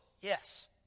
Yes